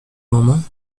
moments